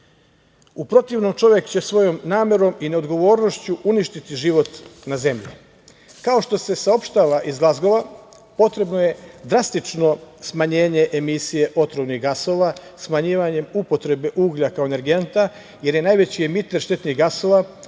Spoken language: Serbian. U protivnom, čovek će svojom namerom i neodgovornošću uništiti život na zemlji. Kao što se saopštava iz Glazgova, potrebno je drastično smanjenje emisije otrovnih gasova smanjivanjem upotrebe uglja kao energenta, jer je najveći emiter štetnih gasova.